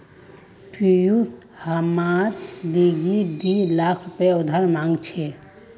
पियूष हमार लीगी दी लाख रुपया उधार मांग छ